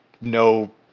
no